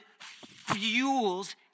fuels